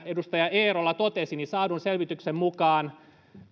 edustaja eerola totesi niin saadun selvityksen mukaan